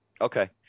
Okay